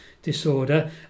disorder